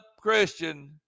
Christian